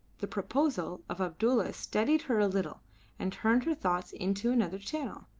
the proposal of abdulla steadied her a little and turned her thoughts into another channel.